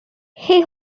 সেই